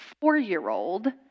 four-year-old